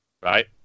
Right